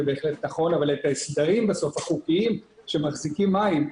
זה בהחלט נכון אבל בסוף את ההסדרים החוקיים שמחזיקים מים,